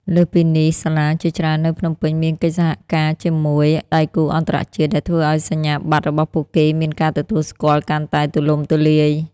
លើសពីនេះ សាលាជាច្រើននៅភ្នំពេញមានកិច្ចសហការជាមួយដៃគូអន្តរជាតិ ដែលធ្វើឱ្យសញ្ញាបត្ររបស់ពួកគេមានការទទួលស្គាល់កាន់តែទូលំទូលាយ។